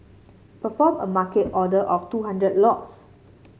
perform a Market order of two hundred lots